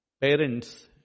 parents